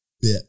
bit